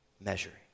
measuring